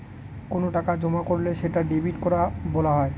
কোনো টাকা জমা করলে সেটা ডেবিট করা বলা হয়